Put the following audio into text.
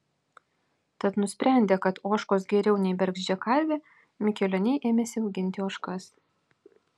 tad nusprendę kad ožkos geriau nei bergždžia karvė mikelioniai ėmėsi auginti ožkas